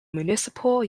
municipal